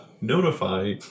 notify